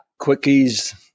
quickies –